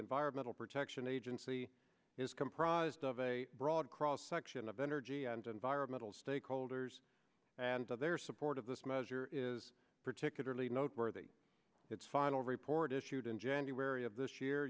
environmental protection agency is comprised of a broad cross section of energy and environmental stakeholders and their support of this measure is particularly noteworthy its final report issued in january of this year